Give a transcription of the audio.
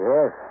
Yes